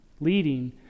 leading